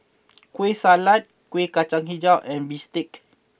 Kueh Salat Kuih Kacang HiJau and Bistake